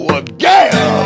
again